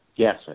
Yes